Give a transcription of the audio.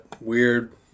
weird